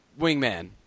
wingman